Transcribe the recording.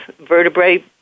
Vertebrae